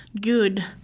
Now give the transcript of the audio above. good